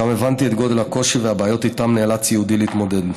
שם הבנתי את גודל הקושי ואת הבעיות שאיתן נאלץ יהודי להתמודד.